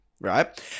Right